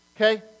Okay